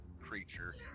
creature